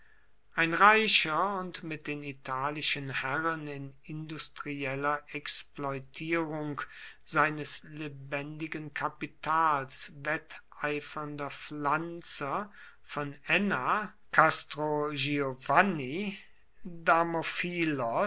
ein reicher und mit den italischen herren in industrieller exploitierung seines lebendigen kapitals wetteifernder pflanzer von enna